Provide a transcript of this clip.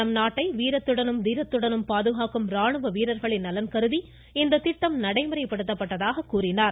நம்நாட்டை வீரத்துடனும் தீரத்துடனும் பாதுகாக்கும் இராணுவ வீரர்களின் நலன் கருதி இந்த திட்டம் நடைமுறைப்படுத்தப்பட்டதாக கூறினார்